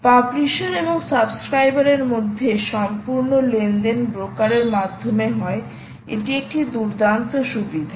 publisher এবং সাবস্ক্রাইবারের মধ্যে সম্পূর্ণ লেনদেন ব্রোকারের মাধ্যমে হয় এটি একটি দুর্দান্ত সুবিধা